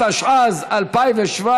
התשע"ז 2017,